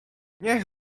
niech